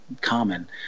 common